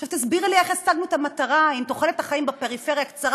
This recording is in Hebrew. עכשיו תסבירי לי איך השגנו את המטרה אם תוחלת החיים בפריפריה קצרה